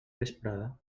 vesprada